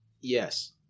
Yes